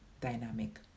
dynamic